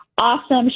awesome